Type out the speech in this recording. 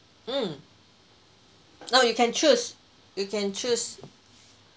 mm no you can choose you can choose